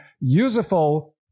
useful